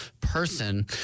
person